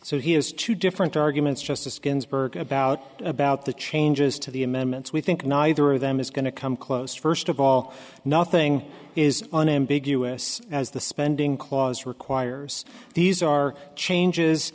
so he has two different arguments justice ginsburg about about the changes to the amendments we think neither of them is going to come close first of all nothing is an ambiguous as the spending clause requires these are changes